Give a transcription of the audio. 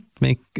make